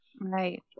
right